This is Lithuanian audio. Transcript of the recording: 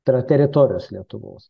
tai yra teritorijos lietuvos